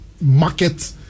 market